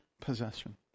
possession